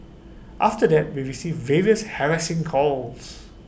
after that we received various harassing calls